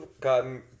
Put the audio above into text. gotten